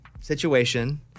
situation